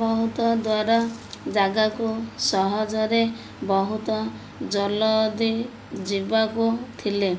ବହୁତ ଦାର ଜାଗାକୁ ସହଜରେ ବହୁତ ଜଲଦି ଯିବାକୁ ଥିଲେ